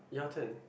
your turn